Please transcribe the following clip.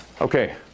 Okay